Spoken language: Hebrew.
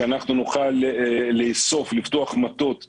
שאנחנו נוכל לפתוח מטות בערים,